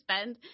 spend